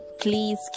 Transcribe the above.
please